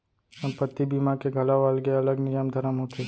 संपत्ति बीमा के घलौ अलगे अलग नियम धरम होथे